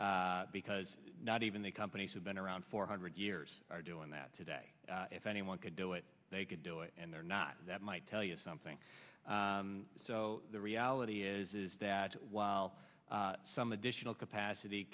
because not even the companies have been around for a hundred years doing that today if anyone could do it they could do it and they're not that might tell you something so the reality is is that while some additional capacity